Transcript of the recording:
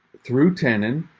through tenon. and